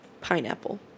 pineapple